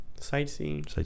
Sightseeing